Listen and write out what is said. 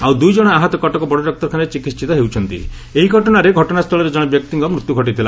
ଆଉ ଦୁଇଜଣ ଆହତ କଟକ ବଡ ଡାକ୍ତରଖାନାରେ ଚିକିହିତ ହେଉଛନ୍ତି ଏହି ଘଟଶାରେ ଘଟଶାସ୍ତଳରେ ଜଶେ ବ୍ୟକ୍ତିଙ୍କ ମୃତ୍ୟୁ ଘଟିଥିଲା